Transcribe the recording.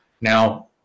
Now